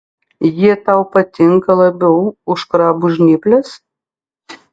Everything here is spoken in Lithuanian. jie tau patinka labiau už krabų žnyples